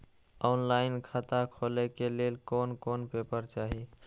Online खाता खोले के लेल कोन कोन पेपर चाही?